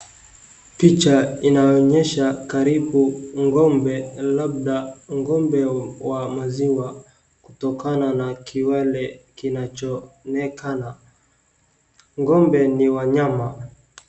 Picha inaonyesha karibu ng'ombe, labda ng'ombe wa maziwa kutokana na kiwele kinachoonekana, ng'ombe ni wanyama.